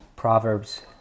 Proverbs